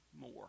More